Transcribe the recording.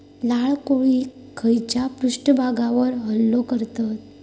लाल कोळी खैच्या पृष्ठभागावर हल्लो करतत?